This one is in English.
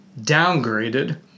downgraded